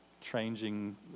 changing